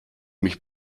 mich